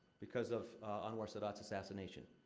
because of anwar sadat's assassination.